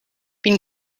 been